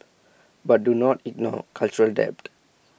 but do not ignore cultural debt